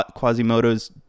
Quasimodo's